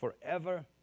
Forever